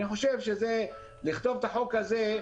אני חושב שלכתוב את החוק הזה,